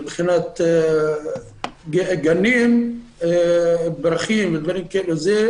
מבחינת גנים, דרכים ודברים כאלה, זו